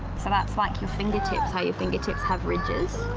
so that's like your finger tips, how your finger tips have ridges,